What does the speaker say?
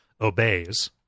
obeys